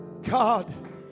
God